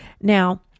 Now